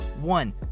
One